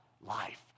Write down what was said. Life